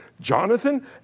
Jonathan